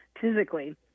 physically